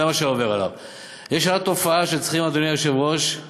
זו תופעה שצריכים להפסיק, אדוני היושב-ראש,